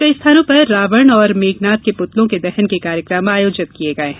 कई स्थानों पर रावण और मेघनाथ के पुतलों के दहन के कार्यक्रम आयोजित किये गये हैं